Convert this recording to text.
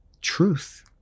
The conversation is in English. truth